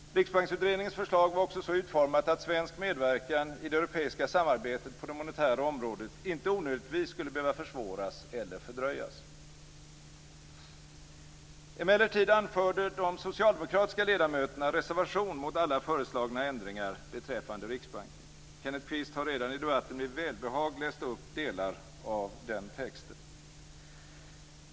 Riksbanksutredningens förslag var också så utformat att svensk medverkan i det europeiska samarbetet på det monetära området inte onödigtvis skulle behöva försvåras eller fördröjas. Emellertid anförde de socialdemokratiska ledamöterna reservation mot alla föreslagna ändringar beträffande Riksbanken. Kenneth Kvist har redan i debatten med välbehag läst upp delar av den texten.